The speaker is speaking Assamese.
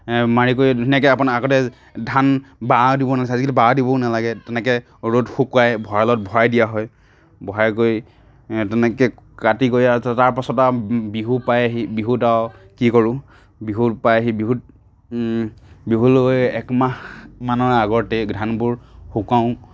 মাৰি কৰি ধুনীয়াকে আপোনাৰ আগতে ধান বা দিব লগা হৈছিল আজিকালি বা দিবও নালাগে তেনেকে ৰ'দত শুকোৱাই ভঁৰালত ভৰাই দিয়া হয় বঢ়াই কৰি তেনেকে কাটি কৰি আৰু তাৰপাছত আৰু বিহু পায়েহি বিহুত আৰু কি কৰোঁ বিহু পায়েহি বিহুত বিহুলৈ একমাহ মানৰ আগতে ধানবোৰ শুকোৱাওঁ